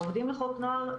העובדים לחוק נוער,